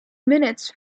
minutes